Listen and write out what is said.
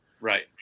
Right